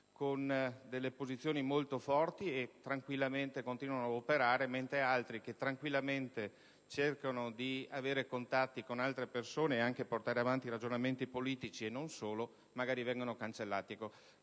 con posizioni molto forti, che tranquillamente continuano ad operare, mentre altri, che cercano di avere contatti con altre persone per portare avanti ragionamenti politici - e non solo - vengono cancellati.